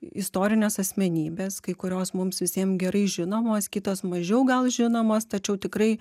istorinės asmenybės kai kurios mums visiem gerai žinomos kitos mažiau gal žinomos tačiau tikrai